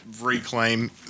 reclaim